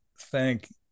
thank